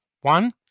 one